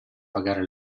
pagare